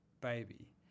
baby